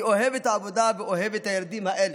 אני אוהב את העבודה ואוהב את הילדים האלה.